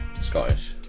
Scottish